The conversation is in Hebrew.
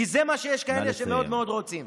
כי יש כאלה שמאוד מאוד רוצים.